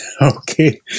okay